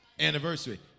Anniversary